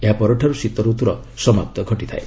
ଏହାପରଠାରୁ ଶୀତରତ୍ନର ସମାପ୍ତ ଘଟିଥାଏ